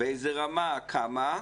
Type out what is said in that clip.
באיזו רמה, כמה.